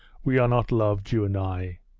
we are not loved, you and i.